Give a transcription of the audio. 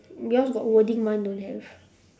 yours got wording mine don't have